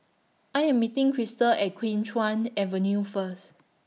I Am meeting Crystal At Kim Chuan Avenue First